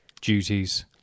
duties